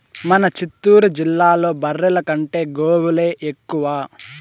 మన చిత్తూరు జిల్లాలో బర్రెల కంటే గోవులే ఎక్కువ